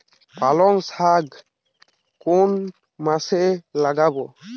পালংশাক কোন মাসে লাগাব?